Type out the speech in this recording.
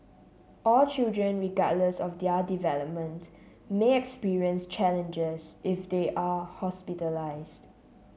all children regardless of their development may experience challenges if they are hospitalised